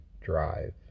drive